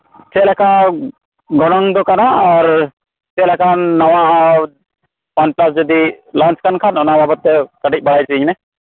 ᱪᱮᱫ ᱞᱮᱠᱟ ᱜᱚᱱᱚᱝ ᱫᱚ ᱠᱟᱱᱟ ᱟᱨ ᱪᱮᱫ ᱞᱮᱠᱟ ᱱᱟᱶᱟ ᱚᱣᱟᱱ ᱯᱞᱟᱥ ᱡᱚᱫᱤ ᱞᱚᱱᱧᱪ ᱟᱠᱟᱱ ᱠᱷᱟᱱ ᱚᱱᱟ ᱵᱟᱵᱚᱫᱽ ᱛᱮ ᱠᱟᱹᱴᱤᱡ ᱵᱟᱲᱟᱭ ᱦᱚᱪᱚᱭᱤᱧ ᱢᱮ